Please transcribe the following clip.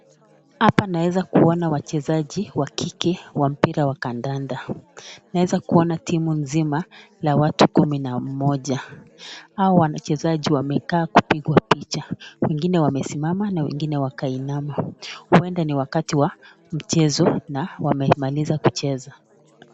Hapa naeza kuona wachezaji wa kike wa mpira wa kandanda naeza kuona timu nzima la watu kumi na moja. Hawa wachezaji wamekaa kupigwa picha wengine wamesimama na wengine wakainama huwenda ni wakati wa mchezo na wamemaliza kucheza.